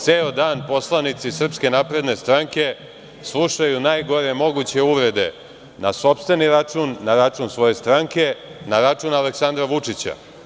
Ceo dan poslanici SNS slušaju najgore moguće uvrede na sopstveni račun, na račun svoje stranke, na račun Aleksandra Vučića.